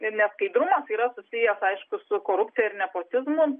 ir neskaidrumas yra susiję aišku su korupcija ir nepotizmu